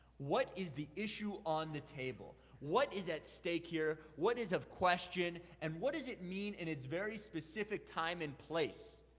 what is the issue on the table? what is at stake here? what is of question? and what does it mean in its very specific time and place?